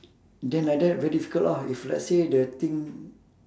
then like that very difficult lah if let's say the thing